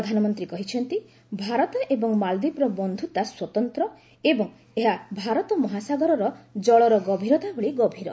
ପ୍ରଧାନମନ୍ତ୍ରୀ କହିଛନ୍ତି ଭାରତ ଏବଂ ମାଳଦ୍ୱୀପର ବନ୍ଧୁତା ସ୍ୱତନ୍ତ୍ର ଏବଂ ଏହା ଭାରତ ମହାସାଗରର ଜଳର ଗଭୀରତା ଭଳି ଗଭୀର